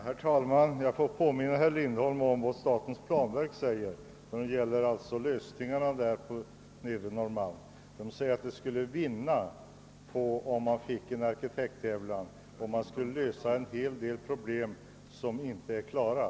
Herr talman! Jag får påminna herr Lindholm om att statens planverk säger att en arkitekttävling skulle lösa en hel del problem på Nedre Norrmalm som inte är klara.